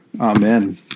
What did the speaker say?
Amen